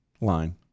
line